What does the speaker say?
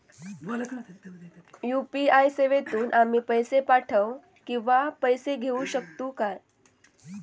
UPI सेवेतून आम्ही पैसे पाठव किंवा पैसे घेऊ शकतू काय?